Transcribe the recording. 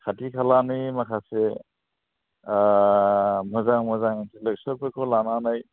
खाथि खालानि माखासे मोजां मोजां इन्थिलेकसुयेलफोरखौ लानानै